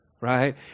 right